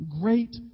Great